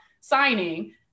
signing